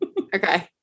Okay